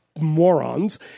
morons